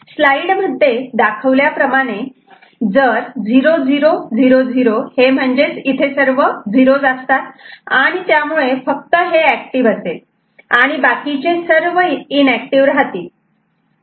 स्लाइडमध्ये दाखवल्याप्रमाणे जर 0000 हे म्हणजेच इथे सर्व हे 0's असतात आणि त्यामुळे फक्त हे ऍक्टिव्ह असेल आणि बाकीचे सर्व इनऍक्टिव्ह राहतील